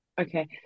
Okay